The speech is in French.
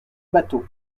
batho